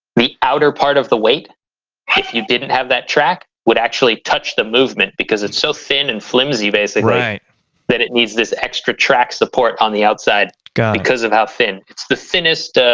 the outer part of the weight if you didn't have that track would actually touch the movement because it's so thin and flimsy basically that it needs this extra track support on the outside because of how thin it's the thinnest